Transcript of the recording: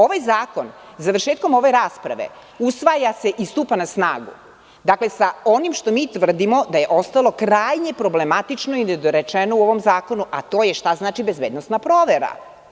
Ovaj zakon, završetkom ove rasprave, usvaja se i stupa na snagu sa onim što mi tvrdimo da je ostalo krajnje problematično i nedorečeno u ovom zakonu, a to je šta znači bezbednosna provera?